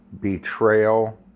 betrayal